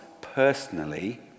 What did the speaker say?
personally